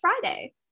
Friday